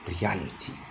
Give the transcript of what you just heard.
reality